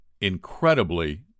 incredibly